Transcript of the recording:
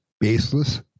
baseless